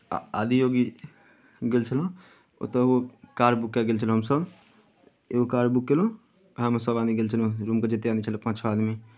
आ आदियोगी गेल छलहुँ ओतय ओ कार बुक कए कऽ गेल छलहुँ हमसभ एगो कार बुक कयलहुँ उहएमे सभआदमी गेल छलहुँ रूमके जतेक आदमी छलहुँ पाँच छओ आदमी